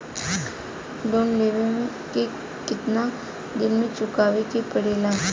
Loan लेवे के कितना दिन मे चुकावे के पड़ेला?